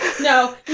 No